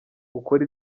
ukora